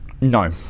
No